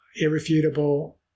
irrefutable